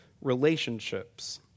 relationships